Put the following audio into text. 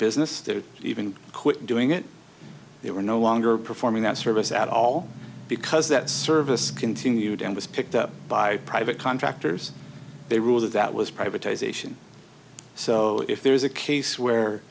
business even quit doing it they were no longer performing that service at all because that service continued and was picked up by private contractors they ruled that that was privatization so if there's a case where